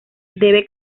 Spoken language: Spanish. debe